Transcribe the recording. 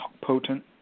potent